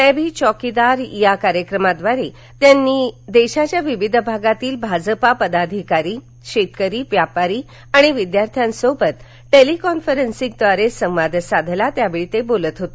मध्री चौकीदार या कार्यक्रमाद्वारे त्यांनी देशाच्या विविध भागातील भाजपा पदाधिकारी शेतकरी व्यापारी आणि विद्यार्थ्यासोबत टेलिकॉन्फरन्सिंगद्वारे संवाद साधला त्यावेळी ते बोलत होते